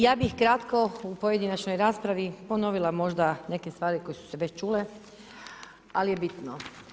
Ja bih kratko u pojedinačnoj raspravi ponovila možda neke stvari koje su se već čule, ali je bitno.